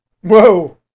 Whoa